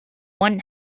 one